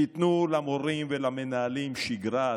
תיתנו למורים ולמנהלים שגרה,